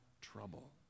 trouble